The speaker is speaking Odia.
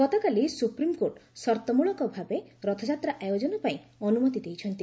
ଗତକାଲି ସୁପ୍ରିମ୍କୋର୍ଟ ସର୍ତମୂଳକ ଭାବେ ରଥଯାତ୍ରା ଆୟୋଜନ ପାଇଁ ଅନୁମତି ଦେଇଛନ୍ତି